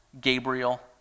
Gabriel